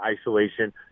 isolation